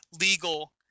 Legal